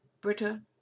Britta